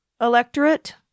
electorate